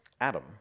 Adam